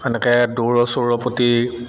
এনেকৈ দৌৰ চৌৰৰ প্ৰতি